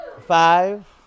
five